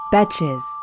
Betches